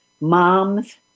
moms